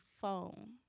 phone